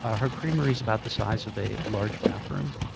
ah her creamery is about the size of a large bathroom.